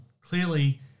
Clearly